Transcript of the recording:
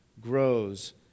grows